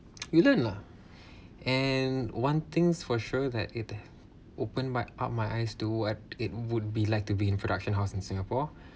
you learn lah and one thing's for sure that it had open my up my eyes to what it would be like to be in production house in singapore